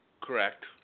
Correct